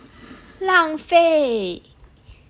浪费